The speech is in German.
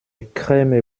creme